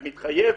אני מתחייב